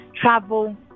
travel